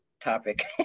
topic